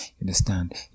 understand